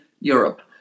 Europe